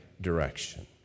direction